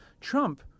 Trump